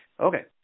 okay